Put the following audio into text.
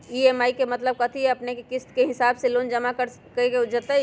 EMI के मतलब है कि अपने के किस्त के हिसाब से लोन जमा करे के होतेई?